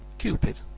cupid,